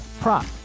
prop